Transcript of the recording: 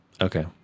Okay